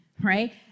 right